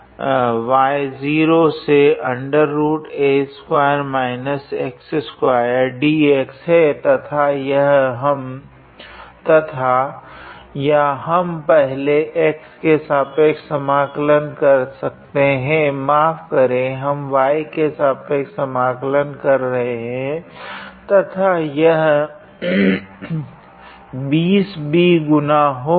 तो यह मूलतः है तथा या हम पहले x के सापेक्ष समाकलन कर सकते है माफ़ करे हम y के सापेक्ष समाकलन कर रहे है तथा तब यह 20b गुना होगा